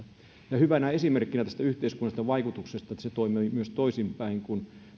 hyvänä esimerkkinä tästä yhteiskunnallisesta vaikutuksesta on se että se toimii myös toisinpäin kun